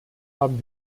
haben